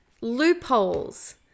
loopholes